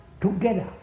Together